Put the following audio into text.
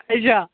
अच्छा